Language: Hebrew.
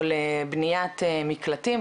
או לבניית מקלטים,